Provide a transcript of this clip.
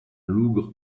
lougre